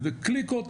איזה קליקות,